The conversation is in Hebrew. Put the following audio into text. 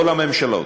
כל הממשלות,